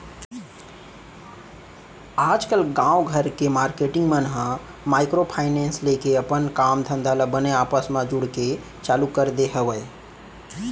आजकल गाँव घर के मारकेटिंग मन ह माइक्रो फायनेंस लेके अपन काम धंधा ल बने आपस म जुड़के चालू कर दे हवय